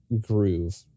groove